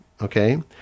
okay